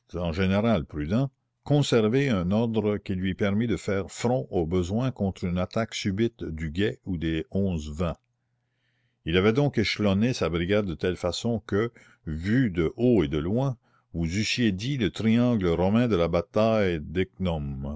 en général prudent conserver un ordre qui lui permît de faire front au besoin contre une attaque subite du guet ou des onze vingts il avait donc échelonné sa brigade de telle façon que vue de haut et de loin vous eussiez dit le triangle romain de la bataille